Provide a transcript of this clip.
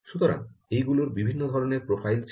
সুতরাং এগুলোর বিভিন্ন ধরণের প্রোফাইল ছিল